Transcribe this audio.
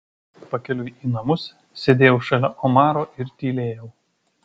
pakeliui į namus sėdėjau šalia omaro ir tylėjau